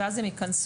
ואז הן ייכנסו.